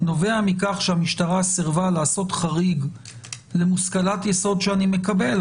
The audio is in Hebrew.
נובע מכך שהמשטרה סירבה לעשות חריג למושכלת יסוד שאני מקבל,